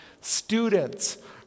Students